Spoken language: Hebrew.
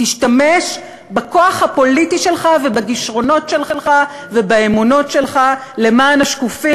תשתמש בכוח הפוליטי שלך ובכישרונות שלך ובאמונות שלך למען השקופים,